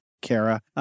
Kara